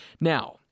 Now